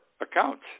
accounts